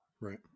Right